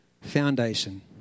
foundation